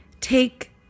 take